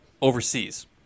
overseas